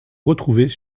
retrouvés